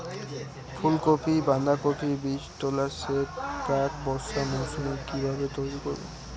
ফুলকপি বাধাকপির বীজতলার সেট প্রাক বর্ষার মৌসুমে কিভাবে তৈরি করব?